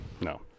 No